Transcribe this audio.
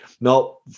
No